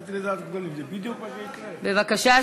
בבקשה.